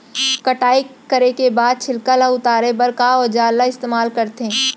कटाई करे के बाद छिलका ल उतारे बर का औजार ल इस्तेमाल करथे?